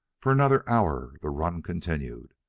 for another hour the run continued.